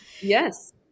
Yes